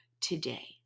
today